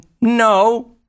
No